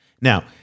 Now